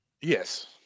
Yes